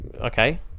okay